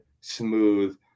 smooth